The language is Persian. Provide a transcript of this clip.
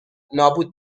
نابود